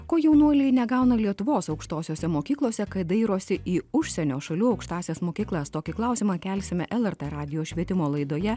ko jaunuoliai negauna lietuvos aukštosiose mokyklose kad dairosi į užsienio šalių aukštąsias mokyklas tokį klausimą kelsime lrt radijo švietimo laidoje